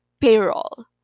payroll